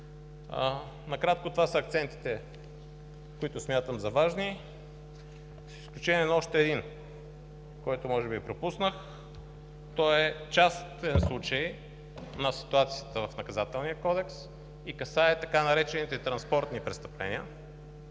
Накратко това са акцентите, които смятам за важни. С изключение на още един, който може би пропуснах – той е частен случай на ситуацията в Наказателния кодекс и касае така наречените транспортни престъпления.